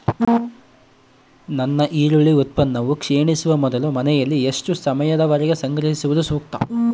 ನನ್ನ ಈರುಳ್ಳಿ ಉತ್ಪನ್ನವು ಕ್ಷೇಣಿಸುವ ಮೊದಲು ಮನೆಯಲ್ಲಿ ಎಷ್ಟು ಸಮಯದವರೆಗೆ ಸಂಗ್ರಹಿಸುವುದು ಸೂಕ್ತ?